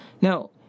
Now